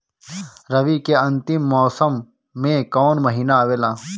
रवी के अंतिम मौसम में कौन महीना आवेला?